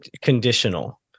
conditional